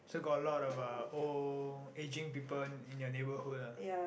so got lot of uh old aging people in in your neighborhood ah